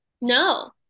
No